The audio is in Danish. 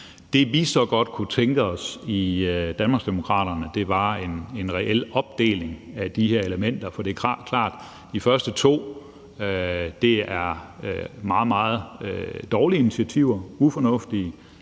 Det, vi så godt kunne tænke os i Danmarksdemokraterne, er en reel opdeling af de her elementer, for det er klart, at de første to er meget, meget dårlige initiativer og ufornuftige